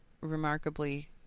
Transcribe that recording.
remarkably